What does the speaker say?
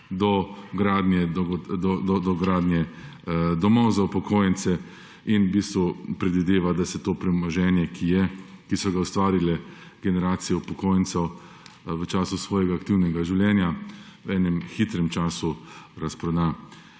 do gradnje domov za upokojence, in v bistvu predvideva, da se to premoženje, ki so ga ustvarile generacije upokojencev v času svojega aktivnega življenja, v enem hitrem času razproda.